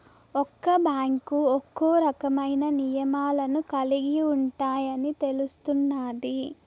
ఒక్క బ్యాంకు ఒక్కో రకమైన నియమాలను కలిగి ఉంటాయని తెలుస్తున్నాది